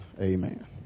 Amen